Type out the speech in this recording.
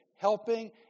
helping